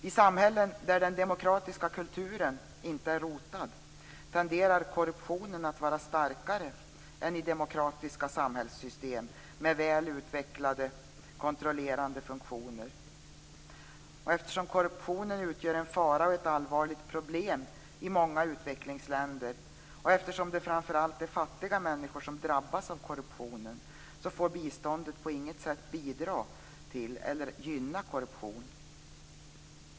I samhällen där den demokratiska kulturen inte är rotad tenderar korruptionen att vara starkare än i demokratiska samhällssystem med väl utvecklade kontrollerande funktioner. Eftersom korruptionen utgör en fara och ett allvarligt problem i många utvecklingsländer, och eftersom det framför allt är fattiga människor som drabbas av korruptionen, får biståndet på intet sätt bidra till eller gynna korruptionen.